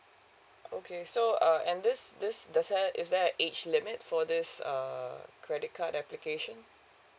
okay so uh and this this does ha~ is there a age limit for this uh credit card application